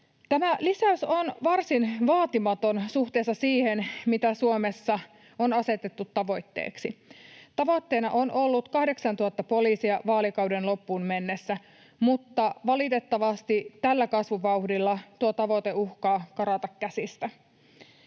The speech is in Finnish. Tämä lisäys on varsin vaatimaton suhteessa siihen, mitä Suomessa on asetettu tavoitteeksi. Tavoitteena on ollut 8 000 poliisia vaalikauden loppuun mennessä, mutta valitettavasti tällä kasvuvauhdilla tuo tavoite uhkaa karata käsistä.